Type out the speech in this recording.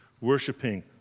Worshipping